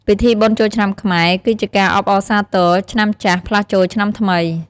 ពិធីបុណ្យចូលឆ្នាំខ្មែរ គឺជាការអបអរសាទរ ឆ្នាំចាស់ ផ្លាស់ចូលឆ្នាំថ្មី។